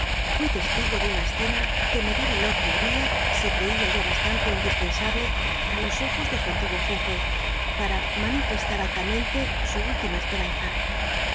fui testigo de una escena que me reeló que t riah se creía ya bastante indispensable á los ojos de su antiguo jefe para manifestar allamenlc su úllima esperanza